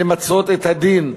למצות את הדין,